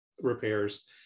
repairs